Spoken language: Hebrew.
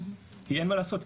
כי אין מה לעשות,